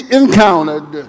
encountered